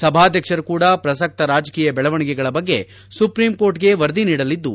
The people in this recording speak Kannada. ಸಭಾಧ್ಯಕ್ಷರು ಕೂಡ ಪ್ರಸಕ್ತ ರಾಜಕೀಯ ಬೆಳವಣಿಗೆಗಳ ಬಗ್ಗೆ ಸುಪ್ರೀಂ ಕೋರ್ಟ್ಗೆ ವರದಿ ನೀಡಲಿದ್ದು